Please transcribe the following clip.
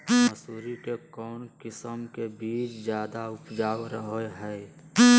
मसूरी के कौन किस्म के बीच ज्यादा उपजाऊ रहो हय?